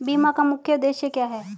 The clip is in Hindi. बीमा का मुख्य उद्देश्य क्या है?